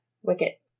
wicket